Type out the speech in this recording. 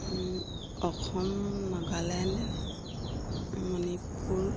Assam Nagaland Manipur